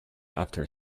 after